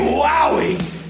wowie